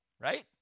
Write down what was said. right